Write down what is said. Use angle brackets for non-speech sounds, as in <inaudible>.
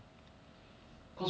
<noise> okay lor